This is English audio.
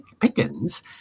Pickens